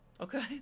Okay